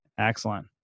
Excellent